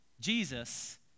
Jesus